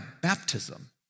baptism